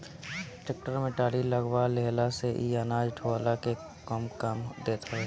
tractor में trolley लगवा लेहला से इ अनाज ढोअला के काम देत हवे